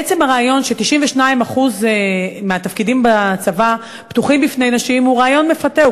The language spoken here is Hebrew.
עצם הרעיון ש-92% מהתפקידים בצבא פתוחים בפני נשים הוא רעיון מפתה,